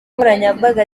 nkoranyambaga